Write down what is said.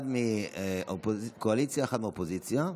אחד מהקואליציה, אחד מהאופוזיציה.